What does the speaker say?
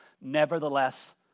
Nevertheless